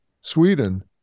Sweden